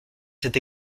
cette